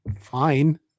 fine